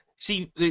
See